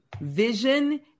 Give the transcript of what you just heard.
vision